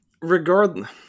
regardless